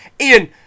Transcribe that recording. Ian